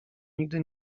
nigdy